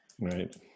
Right